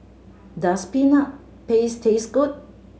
does Peanut Paste taste good